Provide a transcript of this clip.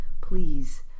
Please